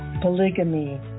polygamy